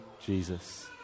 Jesus